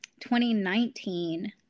2019